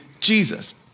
Jesus